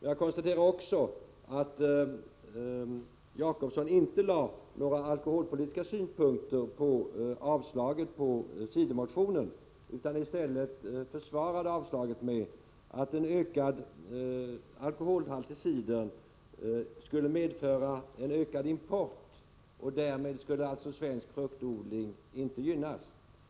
Jag konstaterar också att Egon Jacobsson inte lade några alkoholpolitiska synpunkter på yrkandet om avslag på cidermotionen utan i stället försvarade avslagsyrkandet med att en ökad alkoholhalt i cider skulle medföra en ökad import och att svensk fruktodling därmed inte skulle gynnas.